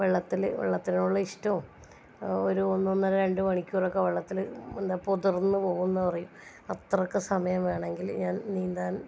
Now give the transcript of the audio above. വെള്ളത്തിൽ വെള്ളത്തിനോടുള്ള ഇഷ്ടവും ഒരു ഒന്നൊന്നര രണ്ടുമണിക്കൂറൊക്കെ വെള്ളത്തിൽ എന്താ പൊതിർന്ന് പോകും എന്ന് പറയും അത്രയ്ക്ക് സമയം വേണമെങ്കിലും ഞാൻ നീന്താൻ